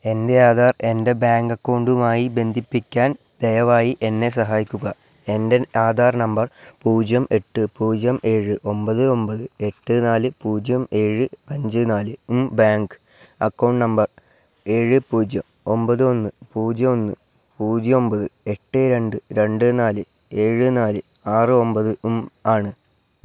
എൻ്റെ ആധാർ എൻ്റെ ബാങ്ക് അക്കൗണ്ടുമായി ബന്ധിപ്പിക്കാൻ ദയവായി എന്നെ സഹായിക്കുക എൻ്റെ ആധാർ നമ്പർ പൂജ്യം എട്ട് പൂജ്യം ഏഴ് ഒമ്പത് ഒമ്പത് എട്ട് നാല് പൂജ്യം ഏഴ് അഞ്ച് നാലും ബാങ്ക് അക്കൗണ്ട് നമ്പർ ഏഴ് പൂജ്യം ഒമ്പത് ഒന്ന് പൂജ്യം ഒന്ന് പൂജ്യം ഒമ്പത് എട്ട് രണ്ട് രണ്ട് നാല് ഏഴ് നാല് ആറ് ഒമ്പതും ആണ്